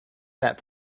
that